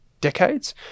decades